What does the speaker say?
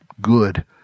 good